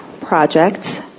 projects